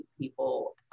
people